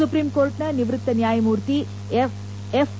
supreme ಕೋರ್ಟ್ನ ನಿವೃತ್ತ ನ್ಯಾಯಮೂರ್ತಿ ಎಫ್